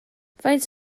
faint